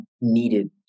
needed